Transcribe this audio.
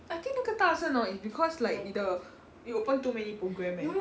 I think 那个大声 hor is because like 你的 you open too many program leh